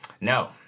No